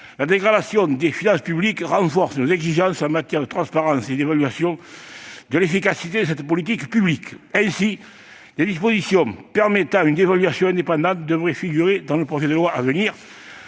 la dégradation des finances publiques renforce nos exigences en matière de transparence et d'évaluation de l'efficacité de cette politique publique. Ainsi, des dispositions permettant une évaluation indépendante devraient figurer dans le projet de loi à venir.